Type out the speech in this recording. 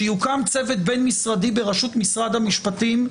שיוקם צוות בין-משרדי בראשות משרד המשפטים,